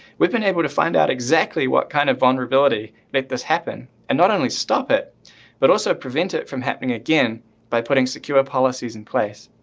we've and able to find out exactly what kind of vulnerability make those happen and not only stop it but also prevent it from happening again by putting secure policies in place.